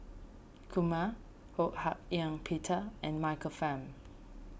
Kumar Ho Hak Ean Peter and Michael Fam